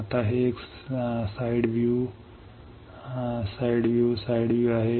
आता हे एक side view side view side view side view आहे